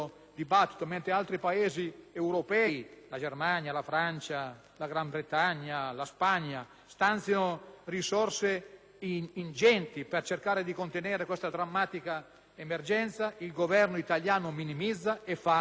europei, come la Germania, la Francia, la Gran Bretagna, la Spagna, stanziano risorse ingenti per cercare di contenere questa drammatica emergenza, il Governo italiano minimizza e fa delle battute.